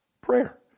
Prayer